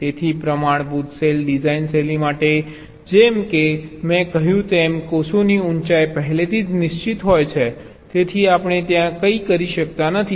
તેથી પ્રમાણભૂત cell design શૈલી માટે જેમ કે મેં કહ્યું તેમ કોષોની ઊંચાઈ પહેલેથી જ નિશ્ચિત છે તેથી આપણે ત્યાં કંઈ કરી શકતા નથી